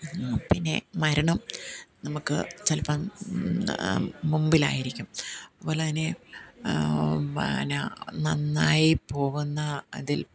പിന്നെ മരണം നമുക്ക് ചിലപ്പം മുമ്പിലായിരിക്കും അതുപോലെ തന്നെ പിന്നെ നന്നായി പോകുന്ന അതിൽ